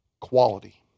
quality